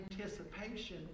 anticipation